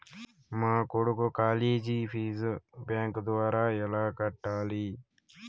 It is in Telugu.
మా కొడుకు కాలేజీ ఫీజు బ్యాంకు ద్వారా ఎలా కట్టాలి?